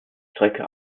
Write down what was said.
strecke